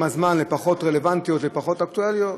הזמן לפחות רלוונטיות ופחות אקטואליות,